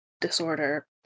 disorder